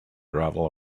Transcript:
gravel